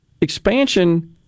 expansion